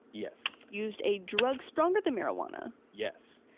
yes. used a drug stronger than marijuana? yes.